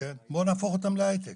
בואו נהפוך אותם להייטק.